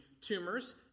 tumors